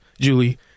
Julie